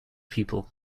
people